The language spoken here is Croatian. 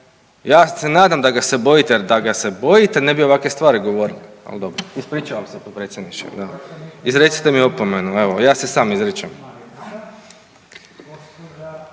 Ja se nadam da ga se bojite, jer da ga se bojite ne bi ovakve stvari govorili, al dobro. Ispričavam se potpredsjedniče, da, izrecite mi opomenu, evo ja si sam izričem.